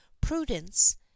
prudence